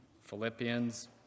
Philippians